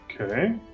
Okay